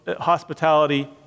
hospitality